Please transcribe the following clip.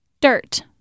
Dirt